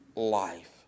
Life